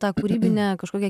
tą kūrybinę kažkokią